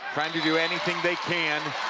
trying to do anything they can